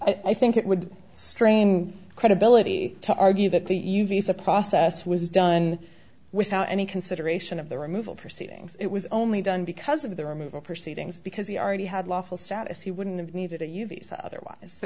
this i think it would strain credibility to argue that the e u visa process was done without any consideration of the removal proceedings it was only done because of the removal proceedings because he already had lawful status he wouldn't have needed a u v s otherwise so